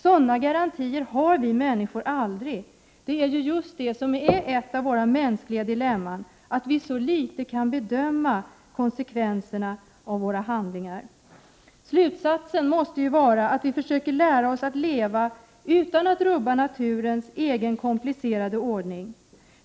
Sådana garantier har vi människor aldrig. Ett dilemma för oss människor är ju just att vi så litet kan bedöma konsekvenserna av våra handlingar. Slutsatsen måste vara att vi försöker lära oss att leva på ett sådant sätt att vi inte rubbar naturens egen komplicerade ordning.